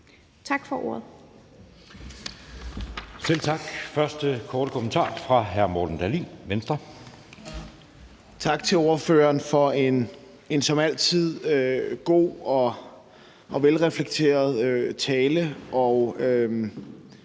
Tak for ordet.